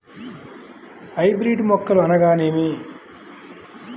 Hybrid మొక్కలు అనగానేమి?